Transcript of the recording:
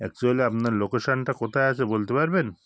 actually আপনার লোকেশনটা কোথায় আছে বলতে পারবেন